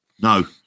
No